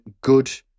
good